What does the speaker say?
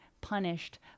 punished